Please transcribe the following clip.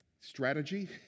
strategy